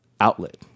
outlet